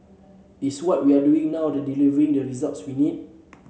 is what we are doing now to delivering the results we need